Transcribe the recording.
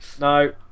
No